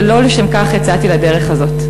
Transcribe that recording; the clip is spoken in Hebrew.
ולא לשם כך יצאתי לדרך הזאת,